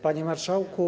Panie Marszałku!